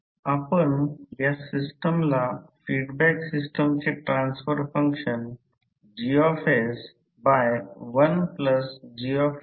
आता समजा एक फेरोमॅग्नेटिक मटेरियल जे पूर्णपणे डीमॅग्नेटाइज्ड आहे जे B H 0 आहे